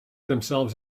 themselves